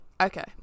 Okay